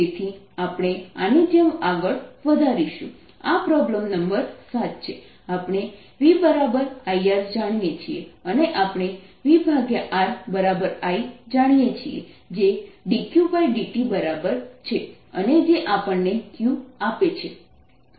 તેથી આપણે આની જેમ આગળ વધારીશું આ પ્રોબ્લેમ નંબર 7 છે આપણે VIR જાણીએ છીએ અને આપણે VRI બરાબર જાણીએ છીએ જે dQdt બરાબર છે અને જે આપણને Q આપે છે